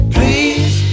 Please